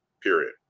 period